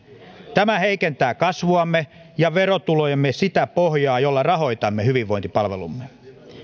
tämä heikentää kasvuamme ja verotulojemme sitä pohjaa jolla rahoitamme hyvinvointipalvelumme